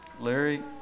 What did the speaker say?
Larry